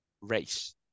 race